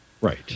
Right